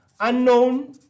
unknown